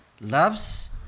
loves